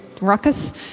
ruckus